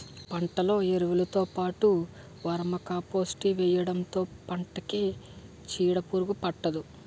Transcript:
పంటలో ఎరువులుతో పాటు వర్మీకంపోస్ట్ వేయడంతో పంటకి చీడపురుగు పట్టదు